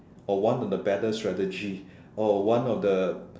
or one of the better strategy or one of the